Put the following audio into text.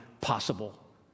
possible